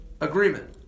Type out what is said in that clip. agreement